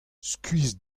skuizh